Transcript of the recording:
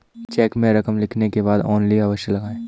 check में रकम लिखने के बाद ओन्ली अवश्य लगाएँ